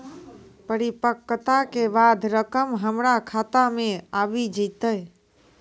परिपक्वता के बाद रकम हमरा खाता मे आबी जेतै?